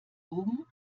oben